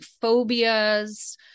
phobias